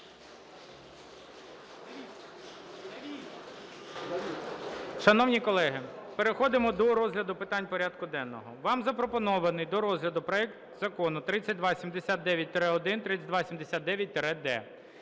Шановні колеги, переходимо до розгляду питань порядку денного. Вам запропонований до розгляду проект Закону 3279-1, 3279-д.